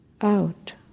out